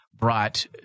brought